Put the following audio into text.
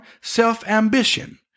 self-ambition